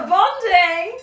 Bonding